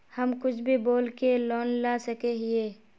हम कुछ भी बोल के लोन ला सके हिये?